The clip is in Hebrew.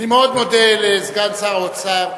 אני מאוד מודה לסגן שר האוצר,